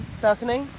balcony